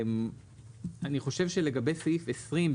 אני חושב שלגבי סעיף 20,